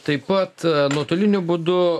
taip pat nuotoliniu būdu